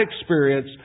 experience